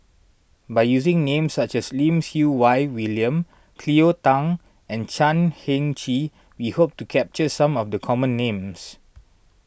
by using names such as Lim Siew Wai William Cleo Thang and Chan Heng Chee we hope to capture some of the common names